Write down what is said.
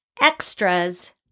extras